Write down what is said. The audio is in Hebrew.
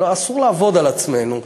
אסור לעבוד על עצמנו.